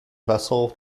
vessel